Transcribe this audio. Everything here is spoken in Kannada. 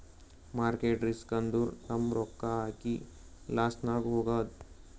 ಮಾರ್ಕೆಟ್ ರಿಸ್ಕ್ ಅಂದುರ್ ನಮ್ ರೊಕ್ಕಾ ಹಾಕಿ ಲಾಸ್ನಾಗ್ ಹೋಗದ್